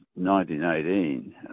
1918